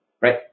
right